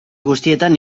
guztietan